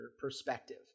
perspective